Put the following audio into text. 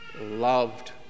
loved